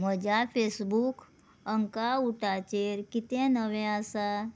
म्हज्या फेसबूक अंका उटाचेर कितें नवें आसा